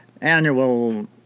annual